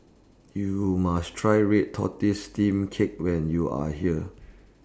YOU must Try Red Tortoise Steamed Cake when YOU Are here